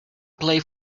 play